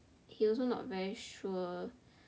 he also not very sure